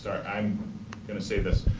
i'm going to say this.